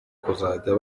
kuzajya